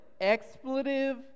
expletive